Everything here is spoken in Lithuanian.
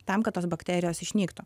tam kad tos bakterijos išnyktų